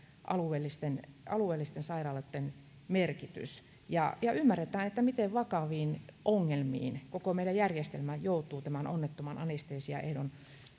alueellisten alueellisten sairaaloitten merkitys ja ja ymmärretään miten vakaviin ongelmiin koko meidän järjestelmämme joutuu tämän onnettoman anestesiaehdon